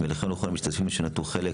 וכן לכל המשתתפים שלקחו חלק